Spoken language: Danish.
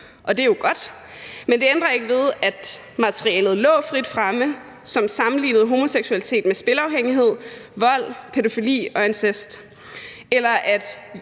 og det er jo godt. Men det ændrer ikke ved, at der lå materiale frit fremme, som sammenligner homoseksualitet med spilafhængighed, vold, pædofili og incest, eller at